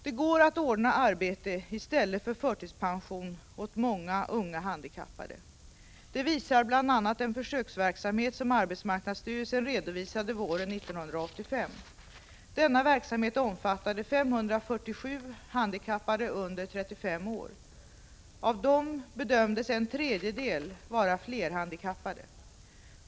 Det går att ordna arbete i stället för förtidspension åt många unga handikappade. Det visar bl.a. en försöksverksamhet som arbetsmarknadsstyrelsen redovisade våren 1985. Denna verksamhet omfattade 547 handikappade under 35 år. Av dem bedömdes en tredjedel vara flerhandikappade.